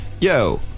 Yo